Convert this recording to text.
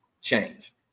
change